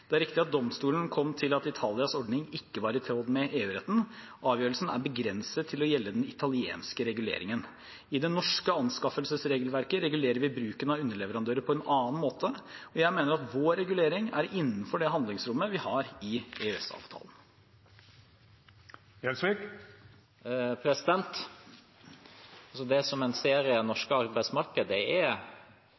Det er riktig at domstolen kom til at Italias ordning ikke var i tråd med EU-retten, og avgjørelsen er begrenset til å gjelde den italienske reguleringen. I det norske anskaffelsesregelverket regulerer vi bruken av underleverandører på en annen måte, og jeg mener at vår regulering er innenfor det handlingsrommet vi har i EØS-avtalen. Det en ser i det norske arbeidsmarkedet, er at det er ganske urovekkende forhold i